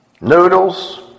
noodles